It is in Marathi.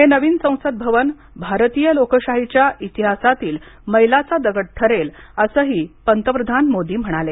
हे नवीन संसद भवन भारतीय लोकशाहीच्या इतिहासातील मैलाचा दगड ठरेल अस ही पंतप्रधान मोदी म्हणाले